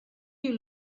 you